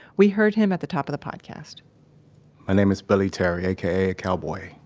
we heard him at the top of the podcast my name is billy terry, aka cowboy.